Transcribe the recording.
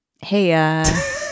Hey